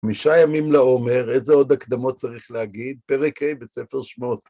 חמישה ימים לעומר איזה עוד הקדמות צריך להגיד, פרק ה בספר שמות.